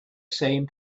same